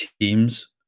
teams